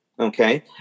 Okay